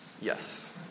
yes